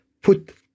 put